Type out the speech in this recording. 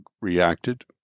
reacted